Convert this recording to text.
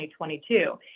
2022